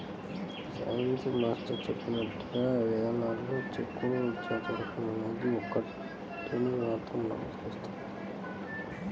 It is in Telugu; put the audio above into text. సైన్స్ మాస్టర్ చెప్పినట్లుగా విత్తనాల్లో చిక్కుడు జాతి రకం అనేది ఒకటని మాత్రం నాకు తెలుసు